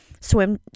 swim